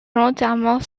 volontairement